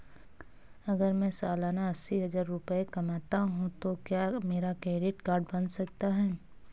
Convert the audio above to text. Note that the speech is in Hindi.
अगर मैं सालाना अस्सी हज़ार रुपये कमाता हूं तो क्या मेरा क्रेडिट कार्ड बन सकता है?